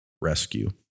rescue